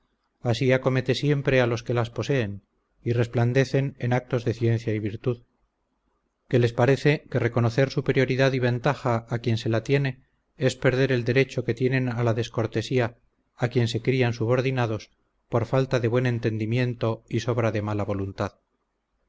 así acomete siempre a los que las poseen y resplandecen en actos de ciencia y virtud que les parece que reconocer superioridad y ventaja a quien se la tiene es perder el derecho que tienen a la descortesía a quien se crían subordinados por falta de buen entendimiento y sobra de mala voluntad